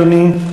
אדוני,